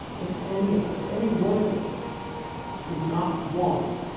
if any of us, any one of us did not want